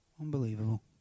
unbelievable